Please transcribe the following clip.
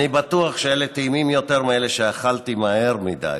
אני בטוח שאלה טעימים יותר מאלה שכבר אכלתי מהר מדי.